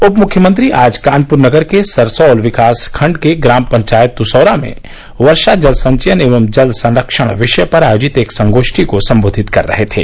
उप मुख्यमंत्री आज कानपुर नगर के सरसौल विकास खंड के ग्राम पंचायत तुसौरा में वर्षा जल संचयन एवं जल संख्यण विषय पर आयोजित संगोष्ठी को संबोधित कर रहे थे